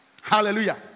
hallelujah